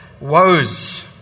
woes